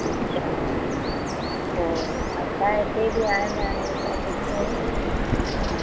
अछा पोइ असांजे हिते बि आहिनि उतां पुछूं पर हाणे